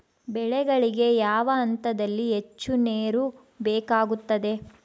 ಬೆಳೆಗಳಿಗೆ ಯಾವ ಹಂತದಲ್ಲಿ ಹೆಚ್ಚು ನೇರು ಬೇಕಾಗುತ್ತದೆ?